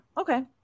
okay